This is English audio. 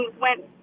went